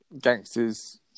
gangsters